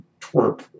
twerp